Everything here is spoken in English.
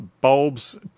bulbs